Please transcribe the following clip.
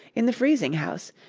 in the freezing-house,